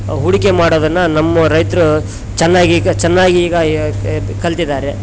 ಹೂಡಿಕೆ ಮಾಡೋದನ್ನು ನಮ್ಮ ರೈತ್ರು ಚೆನ್ನಾಗಿ ಈಗ ಚೆನ್ನಾಗಿ ಈಗ ಕಲ್ತಿದ್ದಾರೆ